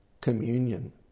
communion